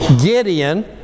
Gideon